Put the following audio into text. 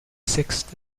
sixth